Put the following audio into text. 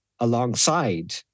alongside